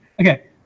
Okay